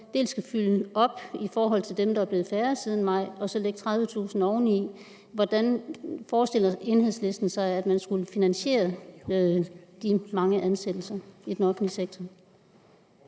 dels skal fylde op på grund af dem, der blevet færre af siden maj, dels skal lægge 30.000 oveni, hvordan forestiller Enhedslisten sig så at man skal finansiere de mange ansættelser i den offentlige sektor?